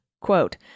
quote